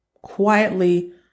quietly